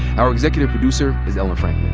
our executive producer is ellen frankman.